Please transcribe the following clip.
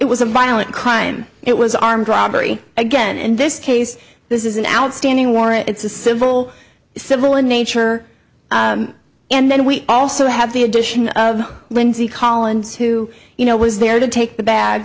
it was a violent crime it was armed robbery again in this case this is an outstanding warrant it's a civil civil in nature and then we also have the addition of lindsey collins who you know was there to take the bag